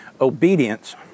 Obedience